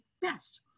best